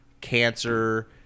cancer